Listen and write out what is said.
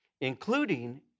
including